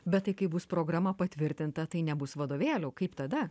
bet tai kai bus programa patvirtinta tai nebus vadovėlių kaip tada